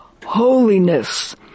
Holiness